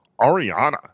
Ariana